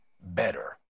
better